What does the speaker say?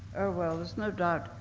well, there's no doubt.